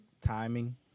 timing